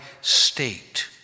state